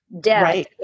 death